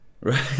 right